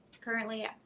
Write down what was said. currently